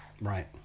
Right